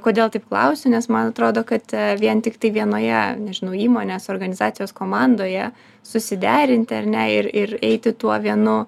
kodėl taip klausiu nes man atrodo kad vien tiktai vienoje nežinau įmonės organizacijos komandoje susiderinti ar ne ir ir eiti tuo vienu